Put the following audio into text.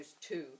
two